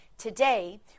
today